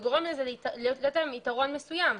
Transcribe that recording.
זה גורם לזה לתת להם יתרון מסוים.